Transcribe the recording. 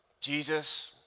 Jesus